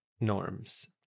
norms